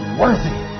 worthy